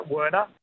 Werner